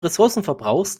ressourcenverbrauchs